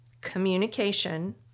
communication